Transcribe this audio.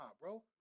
bro